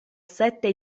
sette